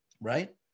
right